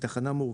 מבאר שבע